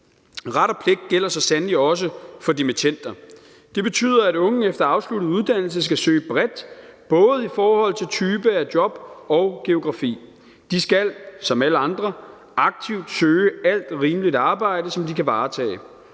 ret og pligt gælder så sandelig også for dimittender. Det betyder, at unge efter afsluttet uddannelse skal søge bredt, både i forhold til type af job og i forhold til geografi. De skal som alle andre aktivt søge alt rimeligt arbejde, som de kan varetage,